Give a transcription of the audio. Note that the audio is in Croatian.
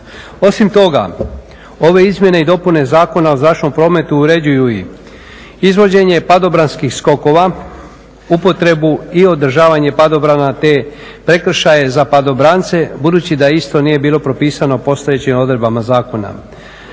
Osim toga, ove izmjene i dopune Zakona o zračnom prometu uređuju i izvođenje padobranskih skokova, upotrebu i odražavanje padobrana te prekršaje za padobrance, budući da isto nije bilo propisano postojećim odredbama zakona.